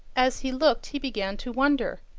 as he looked he began to wonder,